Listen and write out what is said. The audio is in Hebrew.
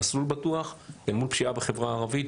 "מסלול בטוח" אל מול פשיעה בחברה הערבית,